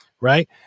Right